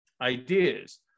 ideas